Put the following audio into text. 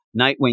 Nightwing